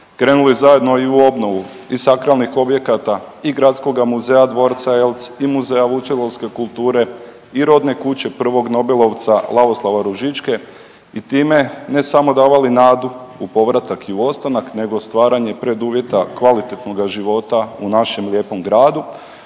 krenuli zajedno i u obnovu i sakralnih objekata i gradskoga muzeja dvorca Eltz i muzeja Vučedolske kulture i rodne kuće prvog nobelovca Lavoslava Ružičke i time ne samo davali nadu u povratak i u ostanak nego stvaranje preduvjeta kvalitetnoga života u našem lijepom gradu.